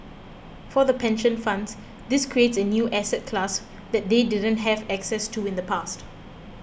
for the pension funds this creates a new asset class that they didn't have access to in the past